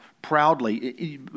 Proudly